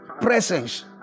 presence